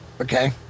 Okay